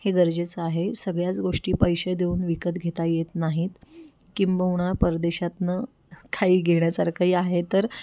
हे गरजेचं आहे सगळ्याच गोष्टी पैसे देऊन विकत घेता येत नाहीत किंबहुना परदेशातनं काही घेण्यासारखंही आहे तर